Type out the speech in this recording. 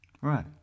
Right